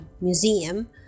Museum